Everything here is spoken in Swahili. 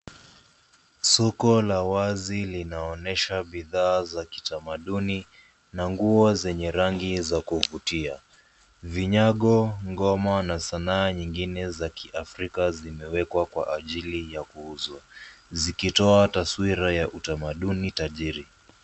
Soko la wazi linaonesha bidhaa za kitamaduni na nguo zenye rangi za kuvutia. Vinyago, ngoma na sanaa nyingine za kiafrika zimewekwa kwa ajili ya kuuzwa zikitoa taswira ya utamaduni tajiri.